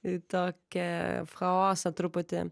į tokią chaosą truputį